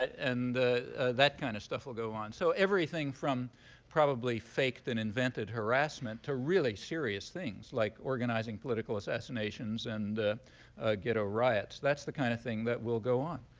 and that kind of stuff will go on. so everything from probably faked and invented harassment to really serious things like organizing political assassinations and ghetto riots. that's the kind of thing that will go on.